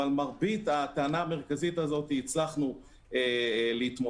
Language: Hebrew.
אבל עם מרבית הטענה המרכזית הזאת הצלחנו להתמודד.